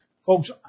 Folks